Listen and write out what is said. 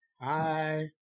Hi